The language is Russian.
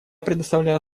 предоставляю